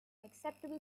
acceptable